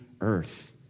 earth